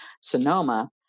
Sonoma